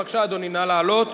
בבקשה, אדוני, נא לעלות.